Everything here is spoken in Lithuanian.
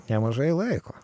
nemažai laiko